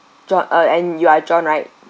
john uh and you are john right